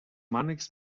mànecs